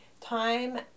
time